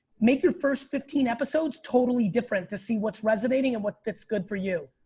make your first fifteen episodes totally different to see what's resonating and what fits good for you.